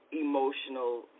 emotional